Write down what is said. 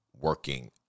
working